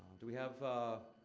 do we have, ah